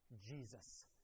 Jesus